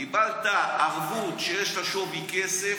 קיבלת ערבות שיש לה שווי כסף,